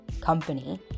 company